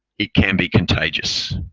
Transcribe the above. it can be contagious.